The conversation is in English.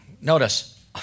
Notice